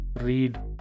read